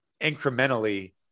incrementally